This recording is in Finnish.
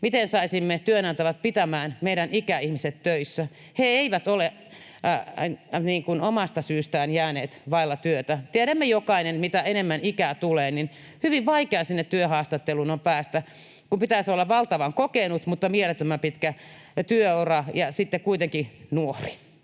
miten saisimme työnantajat pitämään meidän ikäihmiset töissä. He eivät ole omasta syystään jääneet vaille työtä. Tiedämme jokainen, että kun enemmän ikää tulee, niin on hyvin vaikeaa päästä sinne työhaastatteluun, kun pitäisi olla valtavan kokenut, mutta pitäisi olla mielettömän pitkä työura ja sitten pitäisi olla